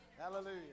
Hallelujah